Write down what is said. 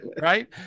Right